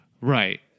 Right